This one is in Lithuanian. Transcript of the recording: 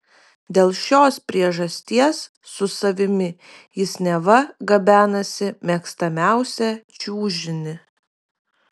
dėl šios priežasties su savimi jis neva gabenasi mėgstamiausią čiužinį